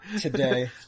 today